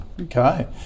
Okay